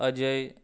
Ajay